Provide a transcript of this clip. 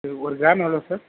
இன்னைக்கு ஒரு கிராம் எவ்வளோ சார்